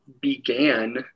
began